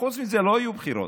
חוץ מזה לא יהיו בחירות,